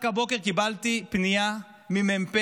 רק הבוקר קיבלתי פנייה ממ"פ,